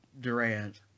Durant